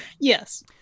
yes